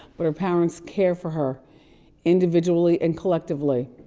but her parents care for her individually and collectively.